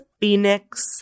Phoenix